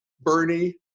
bernie